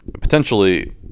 potentially